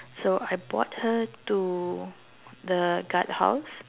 so I brought her to the guard house